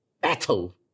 Battle